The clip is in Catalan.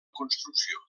construcció